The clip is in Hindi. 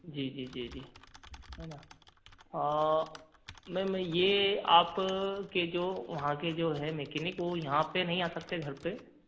जी जी जी जी है न मैम यह आपके जो वहाँ के जो है मकेनिक वो यहाँ पर नहीं आ सकते घर पर